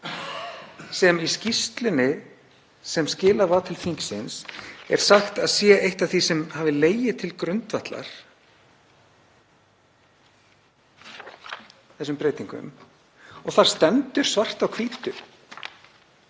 er í skýrslunni sem skilað var til þingsins er sagt að eitt af því sem hafi legið til grundvallar þessum breytingum, stendur þar svart á hvítu,